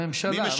הממשלה.